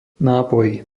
nápoj